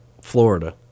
Florida